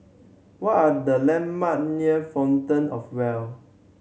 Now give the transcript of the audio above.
what are the landmark near Fountain Of Wealth